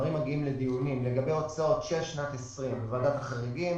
הדברים מגיעים לדיונים לגבי הוצאות של שנת 2020 לוועדת החריגים